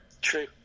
True